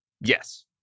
Yes